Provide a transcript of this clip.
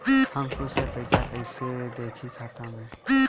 हम खुद से पइसा कईसे देखी खाता में?